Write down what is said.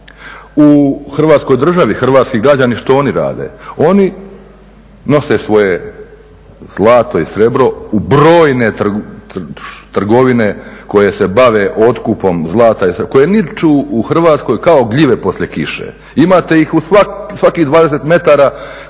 U Hrvatskoj državi, hrvatski građani što oni rade? Oni nose svoje zlato i srebro u brojne trgovine koje se bave otkupom zlata koje niču u Hrvatskoj kao gljive poslije kiše. Imate ih u svakih 20 metara koji